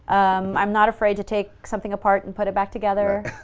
i'm not afraid to take something apart and put it back together.